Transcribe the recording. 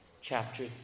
chapter